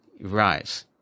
Right